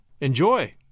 Enjoy